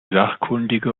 sachkundige